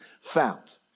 found